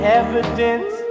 evidence